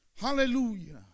Hallelujah